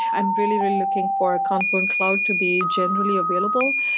i'm really looking for confluent cloud to be generally available.